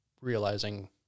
realizing